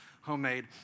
homemade